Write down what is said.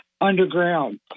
underground